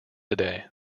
today